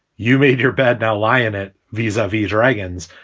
you made your bed. now lie in it. vis-a-vis dragons.